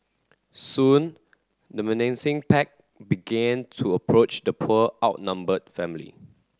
soon the menacing pack began to approach the poor outnumbered family